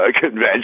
convention